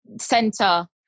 center